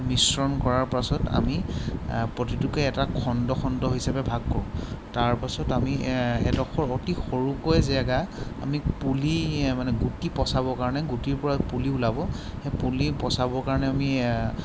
মিশ্ৰণ কৰাৰ পাছত আমি প্ৰতিটোকে এটা খণ্ড খণ্ড হিচাপে ভাগ কৰোঁ তাৰপাছত আমি এডোখৰ অতি সৰুকৈ জেগা আমি পুলি মানে গুটি পচাবৰ কাৰণে গুটিৰপৰা পুলি ওলাব সেই পুলি পচাবৰ কাৰণে আমি